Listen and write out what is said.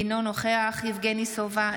אינו נוכח יבגני סובה,